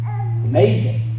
Amazing